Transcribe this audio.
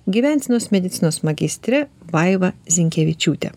gyvensenos medicinos magistre vaiva zinkevičiūte